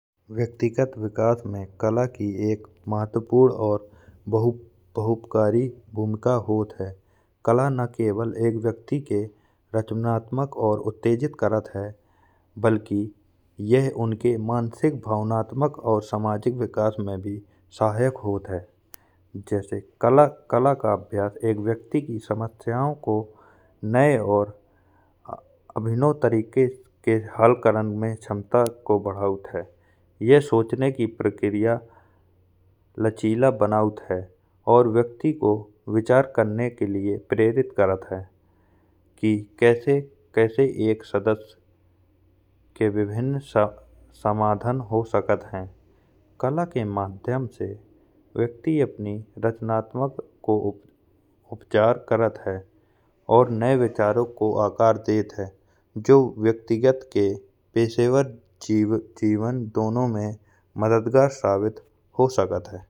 व्यक्तिगत विकास ने कला की एक महत्वपूर्ण और बहुपकारी भूमिका होत है। कला न केवळ एक व्यक्ति के रचनात्मक और उत्तेजित करत है। बल्कि यह उनके मानसिक भावनात्मक और सामाजिक विकास में भी सहायक होत है। जैसे कला का अभ्यास एक व्यक्ति की समस्याओं को नये और अभिनव के हल करण में क्षमता को बढ़ावत है। यह सोचने की प्रक्रिया लचीला बनावत है और व्यक्ति को विचार करने के लिये प्रेरित करत है। कि कैसे कैसे एक सदस्य के विभिन्न समाधान हो सकत है। कला के माध्यम से व्यक्ति अपनी रचनात्मक को उपचार करत है और नये विचारों को आकार देत है। जो व्यक्तिगत के पेशेवर जीवन दोनों में मददगार साबित हो सकत है।